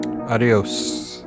adios